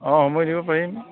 অ সময় দিব পাৰিম